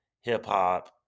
hip-hop